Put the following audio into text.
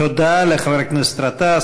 תודה לחבר הכנסת גטאס.